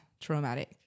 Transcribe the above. traumatic